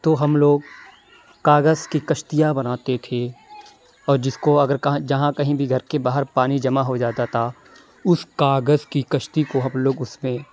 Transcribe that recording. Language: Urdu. تو ہم لوگ کاغذ کی کشتیاں بناتے تھے اور جس کو اگر جہاں کہیں بھی گھر کے باہر پانی جمع ہو جاتا تھا اُس کاغذ کی کشتی کو ہم لوگ اُس میں